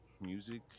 music